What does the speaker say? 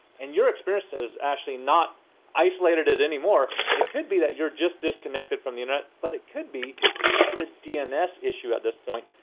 and your experience is actually not isolated it any more, it could be that you're just disconnected from the internet but it could be just a dns issue at this point.